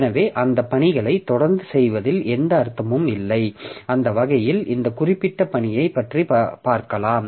எனவே அந்த பணிகளைத் தொடர்ந்து செய்வதில் எந்த அர்த்தமும் இல்லை அந்த வகையில் அந்த குறிப்பிட்ட பணியைப் பற்றி பார்க்கலாம்